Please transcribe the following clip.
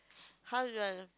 how do I